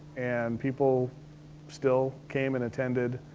and people still came and attended,